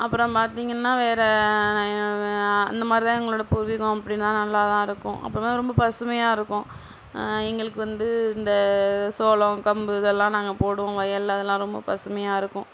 அப்புறம் பார்த்தீங்கன்னா வேறு அந்த மாதிரிதான் எங்களோடய பூர்வீகம் அப்படின்னா நல்லதா இருக்கும் அப்போதான் ரொம்ப பசுமையாக இருக்கும் எங்களுக்கு வந்து இந்த சோளம் கம்பு இதெல்லாம் நாங்கள் போடுவோம் வயலில் அதெல்லாம் ரொம்ப பசுமையாக இருக்கும்